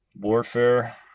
warfare